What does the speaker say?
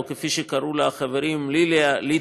או כפי שקראו לה החברים: ליליה ליטבק.